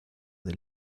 del